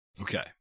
Okay